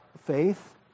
faith